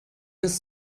ist